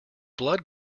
blood